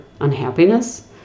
unhappiness